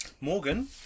Morgan